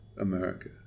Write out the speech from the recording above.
America